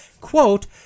quote